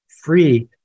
free